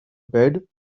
bed